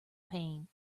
pain